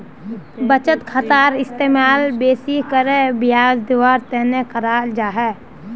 बचत खातार इस्तेमाल बेसि करे ब्याज दीवार तने कराल जा छे